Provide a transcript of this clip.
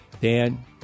Dan